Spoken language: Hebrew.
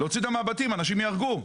אחרת אנשים ייהרגו.